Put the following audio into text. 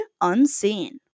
Unseen